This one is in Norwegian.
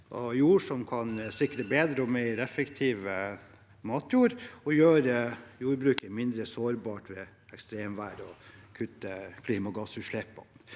av jord, som kan sikre bedre og mer effektiv bruk av matjord, gjøre jordbruket mindre sårbart ved ekstremvær og kutte klimagassutslippene.